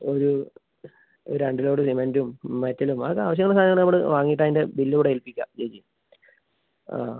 ഒരു രണ്ട് ലോഡ് സിമൻറ്റും മെറ്റലും അത് ആവശ്യം ഉള്ള സാധനങ്ങൾ നമ്മൾ വാങ്ങീട്ട് അതിന്റെ ബില്ല് ഇവിടെ ഏൽപ്പിക്കാം